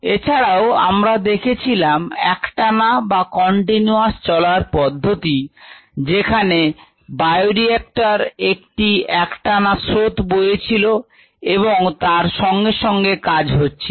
এছাড়াও আমরা দেখেছিলাম একটানা বা কন্টিনিউয়াস চলার পদ্ধতি যেখানে বায়োরিএক্টর একটি একটানা স্রোত বইছিল এবং তার সঙ্গে সঙ্গে কাজ হচ্ছিল